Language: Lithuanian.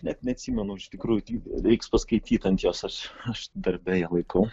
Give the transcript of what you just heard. net neatsimenu iš tikrųjų reiks paskaityt ant jos aš aš darbe ją laikau